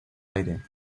aire